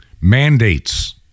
mandates